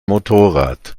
motorrad